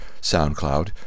SoundCloud